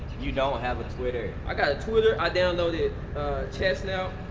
you don't have a twitter. i got a twitter, i downloaded chatsnap,